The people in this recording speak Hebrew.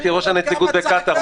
הייתי ראש הנציגות בקטאר,